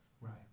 Right